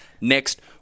next